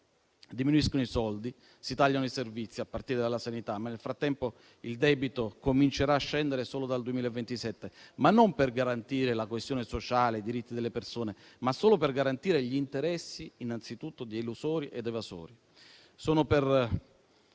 Diminuiscono i soldi e si tagliano i servizi a partire dalla sanità. Ma, nel frattempo, il debito comincerà a scendere solo dal 2027, e non per garantire la coesione sociale e i diritti delle persone, ma solo per garantire gli interessi innanzitutto di elusori ed evasori;